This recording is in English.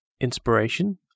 Inspiration